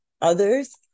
others